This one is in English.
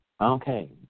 Okay